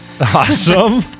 awesome